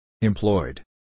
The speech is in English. Employed